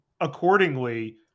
accordingly